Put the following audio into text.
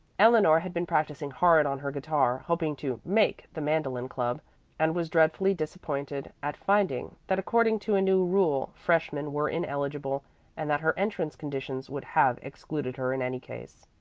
eleanor had been practicing hard on her guitar, hoping to make the mandolin club and was dreadfully disappointed at finding that according to a new rule freshmen were ineligible and that her entrance conditions would have excluded her in any case.